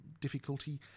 difficulty